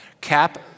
Cap